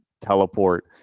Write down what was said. teleport